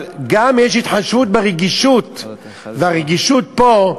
אבל גם יש התחשבות ברגישות, והרגישות פה,